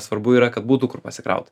svarbu yra kad būtų kur pasikraut